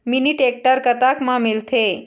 Mini tractor कतक म मिलथे?